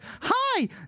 hi